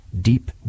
deep